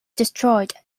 destroyed